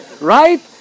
right